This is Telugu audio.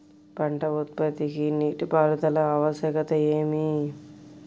పంట ఉత్పత్తికి నీటిపారుదల ఆవశ్యకత ఏమి?